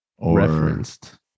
referenced